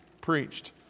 preached